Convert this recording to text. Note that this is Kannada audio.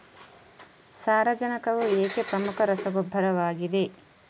ಸಾರಜನಕವು ಏಕೆ ಪ್ರಮುಖ ರಸಗೊಬ್ಬರವಾಗಿದೆ?